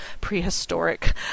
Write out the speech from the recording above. prehistoric